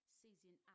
season